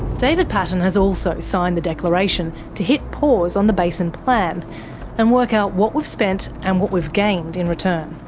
david paton has also signed the declaration, to hit pause on the basin plan and work out what we've spent and what we've gained in return.